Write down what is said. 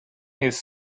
his